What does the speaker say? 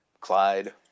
Clyde